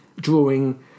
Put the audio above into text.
drawing